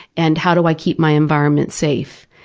and how do i keep my environment safe?